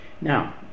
Now